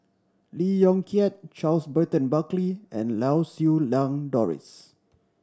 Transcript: Lee Yong Kiat Charles Burton Buckley and Lau Siew Lang Doris